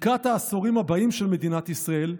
לקראת העשורים הבאים של מדינת ישראל,